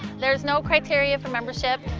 there's no criteria for membership,